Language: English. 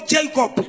Jacob